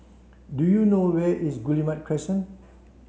do you know where is Guillemard Crescent